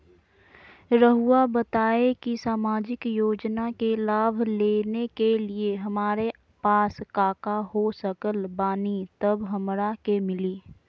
रहुआ बताएं कि सामाजिक योजना के लाभ लेने के लिए हमारे पास काका हो सकल बानी तब हमरा के मिली?